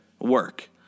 work